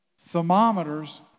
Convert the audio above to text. Thermometers